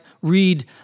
read